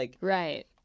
Right